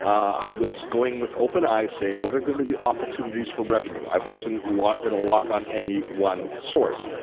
i was going with open eyes saying what are going to be the opportunities for revenue? i wasn't going to lock on any one source.